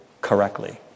correctly